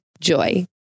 JOY